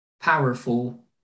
powerful